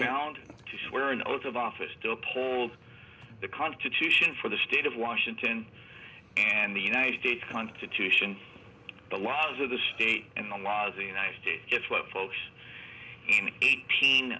bound to swear an oath of office still pulled the constitution for the state of washington and the united states constitution the laws of the state and the was a united states it's what folks eighteen